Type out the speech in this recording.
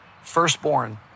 firstborn